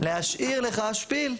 להשאיר לך שפיל.